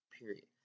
period